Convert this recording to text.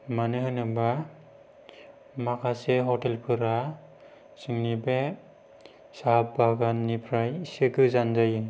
मानो होनोबा माखासे हटेलफोरा जोंनि बे साहा बागाननिफ्राय एसे गोजान जायो